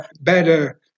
better